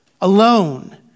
alone